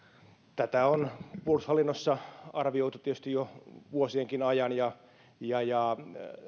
tätä on puolustushallinnossa arvioitu tietysti jo vuosienkin ajan